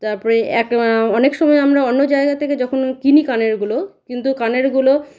তারপরে এক অনেক সময় আমরা অন্য জায়গা থেকে যখন কিনি কানেরগুলো কিন্তু কানেরগুলো